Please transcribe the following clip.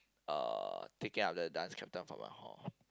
uh taking up the dance captain for my hall